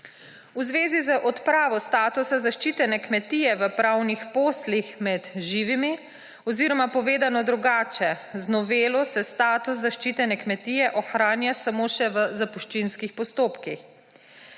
V zvezi z odpravo statusa zaščitene kmetije v pravnih poslih med živimi oziroma, povedano drugače, z novelo se status zaščitene kmetije ohranja samo še v zapuščinskih postopkih.